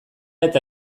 eta